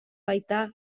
baita